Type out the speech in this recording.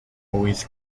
always